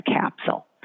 capsule